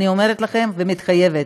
אני אומרת לכם ומתחייבת,